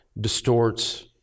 distorts